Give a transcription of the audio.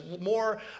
more